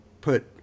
put